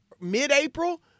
mid-April